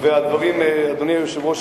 אדוני היושב-ראש,